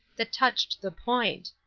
that touched the point.